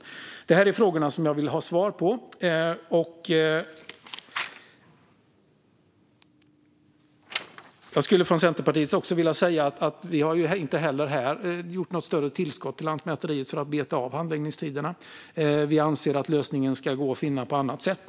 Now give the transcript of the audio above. Det här är frågor som jag vill ha svar på. Jag skulle från Centerpartiets sida också vilja säga att vi inte har gett något större tillskott till Lantmäteriet för att de ska beta av handläggningstiderna. Vi anser att lösningen ska gå att finna på annat sätt.